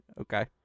Okay